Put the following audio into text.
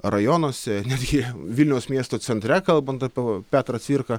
rajonuose netgi vilniaus miesto centre kalbant apie petrą cvirką